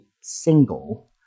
single